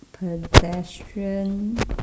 pedestrian